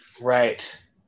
Right